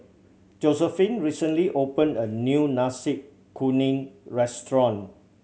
Josephine recently opened a new Nasi Kuning restaurant